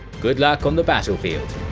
good luck on the battlefield!